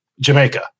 Jamaica